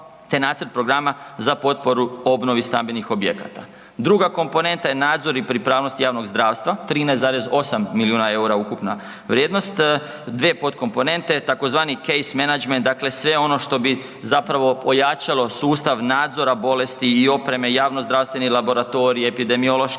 te nacrt programa za potporu obnovi stambenih objekata. Druga komponenta je nadzor i pripravnost javnog zdravstva 13,8 milijuna eura ukupna vrijednost. Dvije komponente, tzv. Case management dakle sve ono što bi zapravo pojačalo sustav nadzora bolesti i opreme, javnozdravstvene laboratorije, epidemiološke